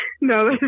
No